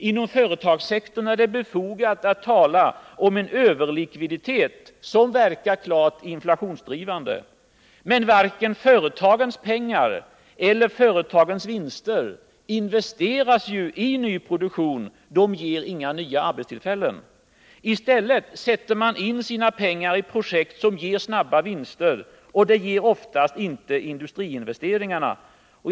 Inom företagssektorn är det befogat att tala om en överlikviditet som verkar klart inflationsdrivande. Men varken företagens pengar eller företagens vinster investeras i ny produktion, de ger inga nya arbetstillfällen. I stället sätter man in sina pengar i projekt som ger snabba vinster. Och industriinvesteringarna ger oftast inte det.